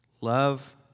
Love